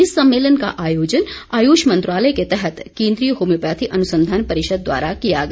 इस सम्मेलन का आयोजन आयुष मंत्रालय के तहत केन्द्रीय होम्योपैथी अनुसंधान परिषद द्वारा किया गया